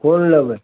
कोन लेबै